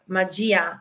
magia